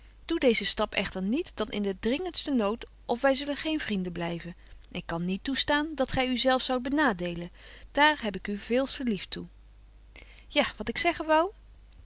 doe deezen stap echter niet dan in den dringendsten nood of wy zullen geen vrienden blyven ik kan niet toestaan dat gy u zelf zoudt benadeelen daar heb ik u veels te lief toe ja wat ik zeggen wou